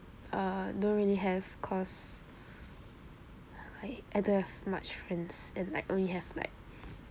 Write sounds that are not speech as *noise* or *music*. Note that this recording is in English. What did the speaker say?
don't really have cause *breath* I I don't have much friends and like only have like